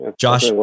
Josh